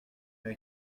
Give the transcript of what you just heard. mais